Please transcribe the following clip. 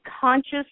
conscious